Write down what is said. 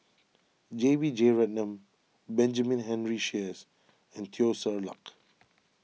J B Jeyaretnam Benjamin Henry Sheares and Teo Ser Luck